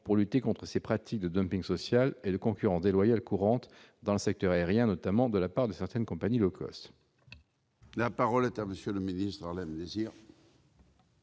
pour lutter contre ces pratiques de social et de concurrence déloyale courantes dans le secteur aérien, notamment de la part de certaines compagnies ? La parole est à M. le secrétaire